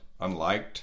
unliked